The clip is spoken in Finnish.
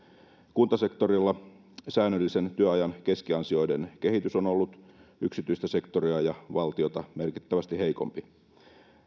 kuntasektorilla säännöllisen työajan keskiansioiden kehitys on ollut yksityistä sektoria ja valtiota merkittävästi heikompi